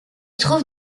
trouve